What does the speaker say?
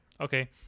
Okay